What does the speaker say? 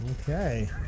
Okay